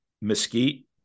Mesquite